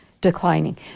declining